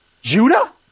Judah